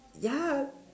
ya